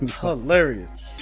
Hilarious